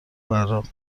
براق